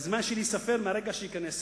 והזמן שלי ייספר מרגע שייכנס שר.